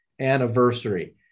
anniversary